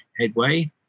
headway